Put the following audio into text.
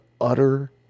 utter